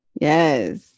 yes